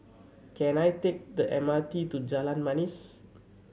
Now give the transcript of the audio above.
can I take the M R T to Jalan Manis